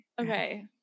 Okay